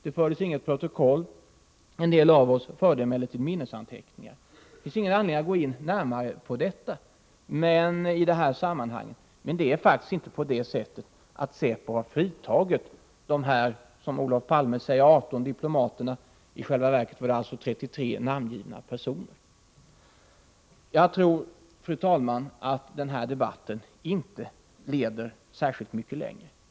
Det fördes inget protokoll — en del av oss förde emellertid minnesanteckningar. Det finns ingen anledning att gå in närmare på vad som sades i det här sammanhanget. Men det är faktiskt inte så att säpo har fritagit dessa 18 diplomater — som Olof Palme säger; i själva verket gällde det 33 namngivna personer. Jag tror, fru talman, att den här debatten inte leder särskilt mycket längre.